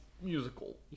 musical